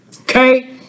Okay